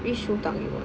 which 书档 you want